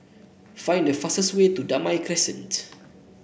find the fastest way to Damai Crescent